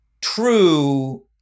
true